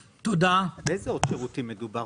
באיזה עוד שירותים מדובר?